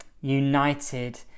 united